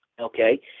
Okay